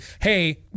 hey